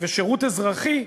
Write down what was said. ושירות אזרחי,